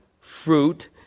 fruit